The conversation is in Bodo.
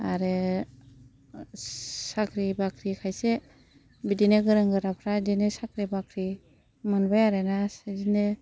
आरो साख्रि बाख्रि खायसे बिदिनो गोरों गोराफ्रा बिदिनो साख्रि बाख्रि मोनबाय आरोना बिदिनो